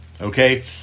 okay